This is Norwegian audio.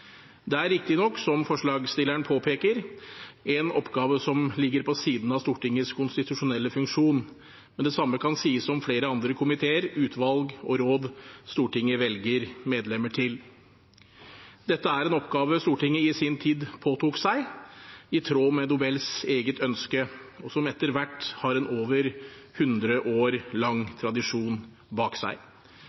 Det er riktig nok, som forslagsstilleren påpeker, en oppgave som ligger på siden av Stortingets konstitusjonelle funksjon, men det samme kan sies om flere andre komiteer, utvalg og råd Stortinget velger medlemmer til. Dette er en oppgave Stortinget i sin tid påtok seg, i tråd med Nobels eget ønske – og som etter hvert har en over 100 år lang tradisjon bak seg.